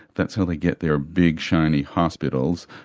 that's how they get their big, shiny hospitals,